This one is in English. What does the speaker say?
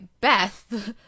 Beth